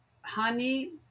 honey